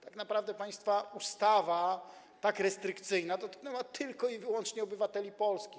Tak naprawdę państwa ustawa, tak restrykcyjna, dotknęła tylko i wyłącznie obywateli Polski.